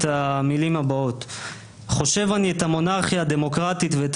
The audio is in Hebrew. המילים הבאות: "חושב אני את המונרכיה הדמוקרטית ואת